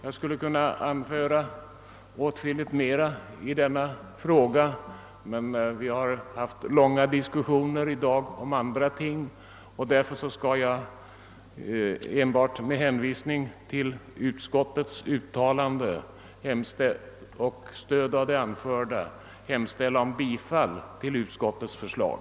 Jag skulle kunna anföra åtskilligt mera i denna fråga. Men vi har haft långa diskussioner i dag om andra ting, och därför skall jag endast med hänvisning till utskottets uttalande och med stöd av det anförda hemställa om bifall till utskottets förslag.